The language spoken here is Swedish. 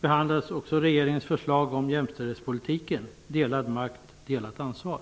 behandlas också regeringens förslag om jämställdhetspolitiken: Delad makt -- delat ansvar.